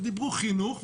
דיברו חינוך,